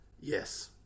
Yes